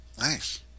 Nice